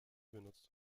benutzt